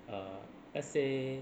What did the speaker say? err let's say